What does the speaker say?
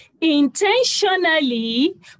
intentionally